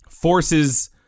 forces